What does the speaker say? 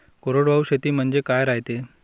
कोरडवाहू शेती म्हनजे का रायते?